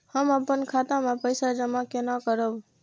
हम अपन खाता मे पैसा जमा केना करब?